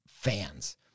fans